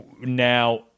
now